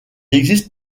existe